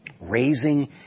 Raising